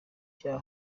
bya